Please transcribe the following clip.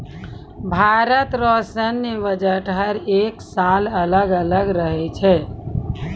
भारत रो सैन्य बजट हर एक साल अलग अलग रहै छै